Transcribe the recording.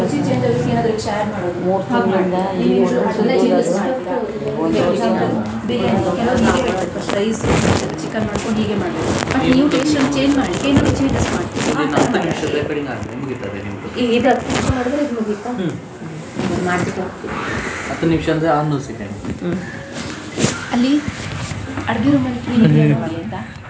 ಹ್ಞೂ